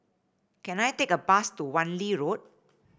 can I take a bus to Wan Lee Road